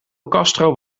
castro